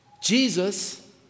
Jesus